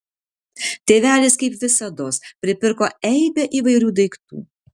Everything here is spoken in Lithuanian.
tėvelis kaip visados pripirko eibę įvairių daiktų